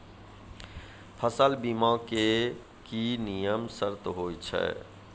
फसल बीमा के की नियम सर्त होय छै?